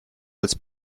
als